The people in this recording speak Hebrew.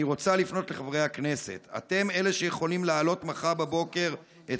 אני רוצה לפנות לחברי הכנסת: אתם אלה שיכולים להעלות מחר בבוקר את